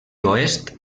oest